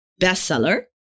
bestseller